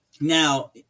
now